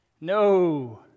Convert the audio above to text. No